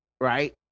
right